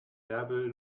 bärbel